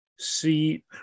See